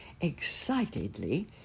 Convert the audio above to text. excitedly